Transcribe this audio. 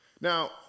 Now